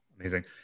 Amazing